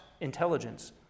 intelligence